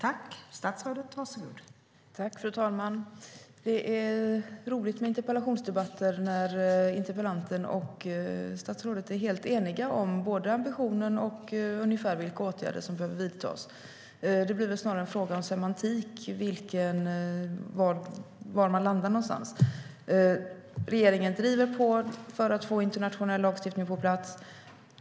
Fru talman! Det är roligt med interpellationsdebatter när interpellanten och statsrådet är helt eniga om både ambitionen och ungefär vilka åtgärder som behöver vidtas. Var man landar någonstans blir snarare en fråga om semantik. Regeringen driver på för att få internationell lagstiftning på plats.